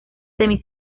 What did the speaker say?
semi